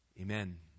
Amen